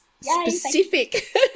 specific